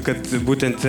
kad būtent